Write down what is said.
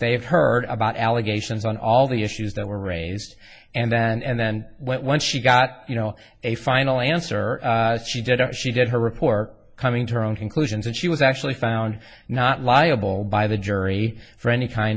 have heard about allegations on all the issues that were raised and then and then when she got you know a final answer she did it she did her report coming to her own conclusions and she was actually found not liable by the jury for any kind